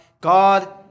God